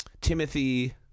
Timothy